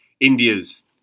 India's